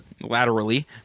laterally